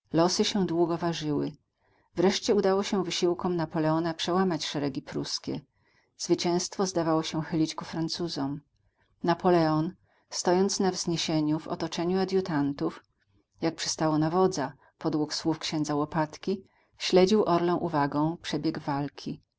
losy się długo ważyły wreszcie udało się wysiłkom napoleona przełamać szeregi pruskie zwycięstwo zdawało się chylić ku francuzom napoleon stojąc na wzniesieniu w otoczeniu adjutantów jak przystało na wodza podług słów księdza łopatki śledził orlą uwagą przebieg walki